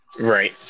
Right